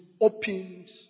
opened